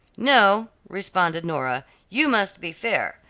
no, responded nora, you must be fair.